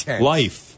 life